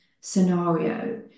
scenario